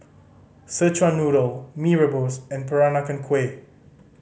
Szechuan Noodle Mee Rebus and Peranakan Kueh